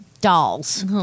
Dolls